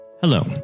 Hello